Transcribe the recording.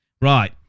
Right